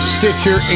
Stitcher